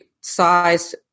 size